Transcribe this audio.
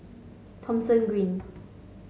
Thomson Green